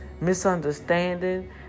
misunderstanding